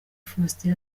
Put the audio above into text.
faustin